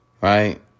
Right